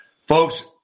Folks